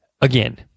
again